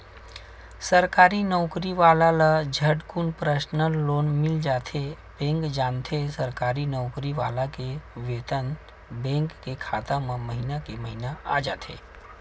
सरकारी नउकरी वाला ल झटकुन परसनल लोन मिल जाथे बेंक जानथे सरकारी नउकरी वाला के बेतन बेंक के खाता म महिना के महिना आ जाथे